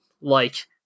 like-